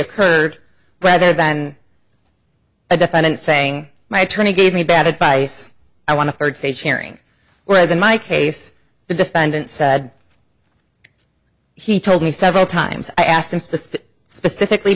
occurred rather than a defendant saying my attorney gave me bad advice i want to urge state sharing whereas in my case the defendant said he told me several times i asked him specifically